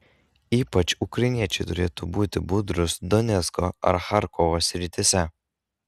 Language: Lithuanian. ypač ukrainiečiai turėtų būti budrūs donecko ar charkovo srityse